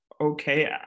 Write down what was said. okay